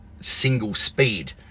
single-speed